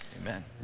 Amen